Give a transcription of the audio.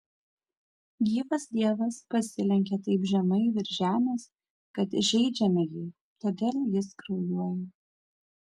gyvas dievas pasilenkia taip žemai virš žemės kad žeidžiame jį todėl jis kraujuoja